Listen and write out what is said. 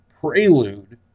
Prelude